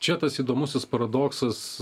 čia tas įdomusis paradoksas